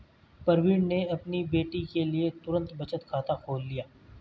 प्रवीण ने अपनी बेटी के लिए तुरंत बचत खाता खोल लिया